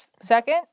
Second